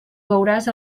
beuràs